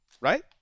right